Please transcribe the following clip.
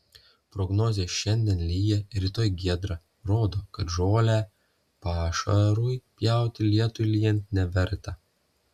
prognozė šiandien lyja rytoj giedra rodo kad žolę pašarui pjauti lietui lyjant neverta